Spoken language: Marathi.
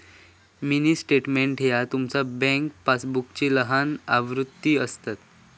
मिनी स्टेटमेंट ह्या तुमचा बँक पासबुकची लहान आवृत्ती असता